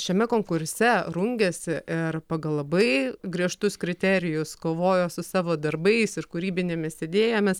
šiame konkurse rungiasi ir pagal labai griežtus kriterijus kovoja su savo darbais ir kūrybinėmis idėjomis